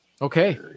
Okay